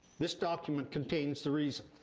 this document contains the reason,